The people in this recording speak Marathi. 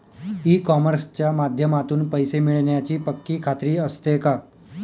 ई कॉमर्सच्या माध्यमातून पैसे मिळण्याची पक्की खात्री असते का?